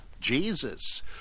Jesus